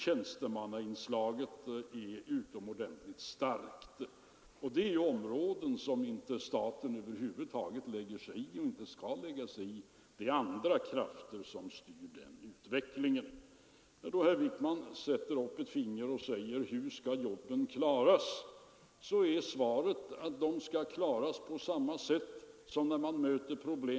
Jag är övertygad om att de inte har ändrat sin uppfattning på dessa punkter.